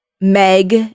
Meg